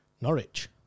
Norwich